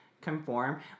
conform